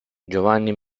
giovanni